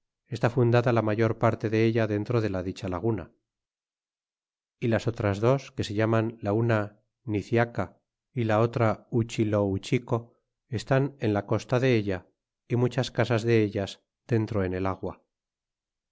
está fundada la mayor parte de ella dentro de la dicha e laguna y las otras dos que se llaman la una niciaca y la otra a iluchilolauchico están en la costa de ella y muchas casas de a ellas dentro en el agua